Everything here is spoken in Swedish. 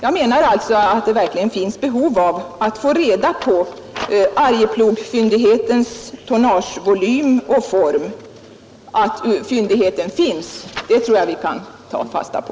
Jag menar alltså att det verkligen finns behov av att få reda på Arjeplogfyndighetens tonnagevolym och form. Att fyndigheten finns, det tror jag vi kan ta fasta på.